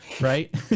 right